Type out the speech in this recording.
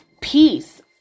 peace